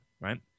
right